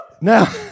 Now